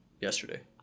yesterday